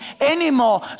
anymore